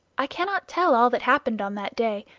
i cannot tell all that happened on that day,